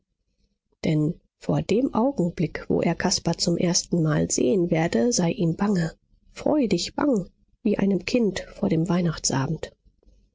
denn vor dem augenblick wo er caspar zum erstenmal sehen werde sei ihm bange freudig bang wie einem kind vor dem weihnachtsabend